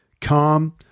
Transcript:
calm